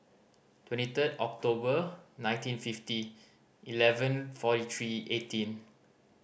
twenty third October nineteen fifty eleven forty three eighteen